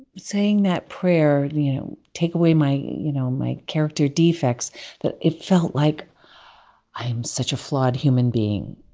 saying that prayer you know, take away my you know, my character defects that it felt like i am such a flawed human being